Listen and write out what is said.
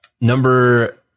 number